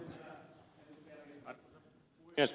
arvoisa puhemies